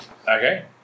Okay